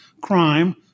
crime